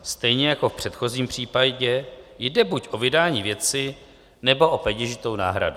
Stejně jako v předchozím případě jde buď o vydání věci, nebo o peněžitou náhradu.